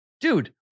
dude